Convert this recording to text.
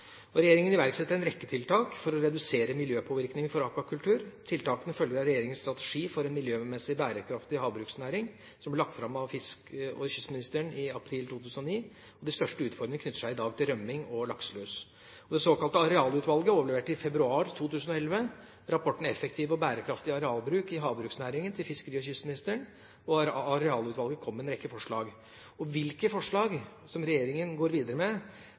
iverksetter en rekke tiltak for å redusere miljøpåvirkningene fra akvakultur. Tiltakene følger av regjeringas strategi for en miljømessig bærekraftig havbruksnæring, som ble lagt fram av fiskeri- og kystministeren i april 2009. De største utfordringene knytter seg i dag til rømming og lakselus. Det såkalte Arealutvalget overleverte i februar 2011 rapporten «Effektiv og bærekraftig arealbruk i havbruksnæringen – areal til begjær» til fiskeri- og kystministeren. Arealutvalget kom med en rekke forslag. Hvilke forslag som regjeringen går videre med,